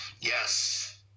Yes